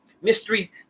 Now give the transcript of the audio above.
mystery